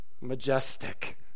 majestic